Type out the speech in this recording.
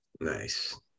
Nice